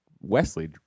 Wesley